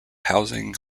housing